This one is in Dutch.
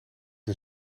een